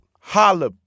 Holla